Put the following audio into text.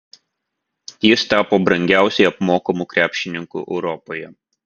jis tapo brangiausiai apmokamu krepšininku europoje